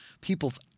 people's